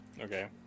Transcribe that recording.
Okay